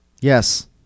Yes